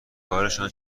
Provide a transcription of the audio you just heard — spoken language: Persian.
کارشان